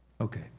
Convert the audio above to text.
Okay